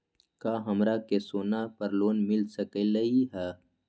का हमरा के सोना पर लोन मिल सकलई ह?